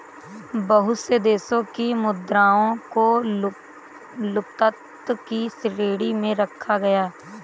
बहुत से देशों की मुद्राओं को लुप्तता की श्रेणी में रखा गया है